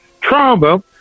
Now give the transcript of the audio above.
trauma